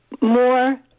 more